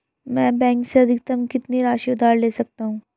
मैं बैंक से अधिकतम कितनी राशि उधार ले सकता हूँ?